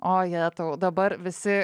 o jetau dabar visi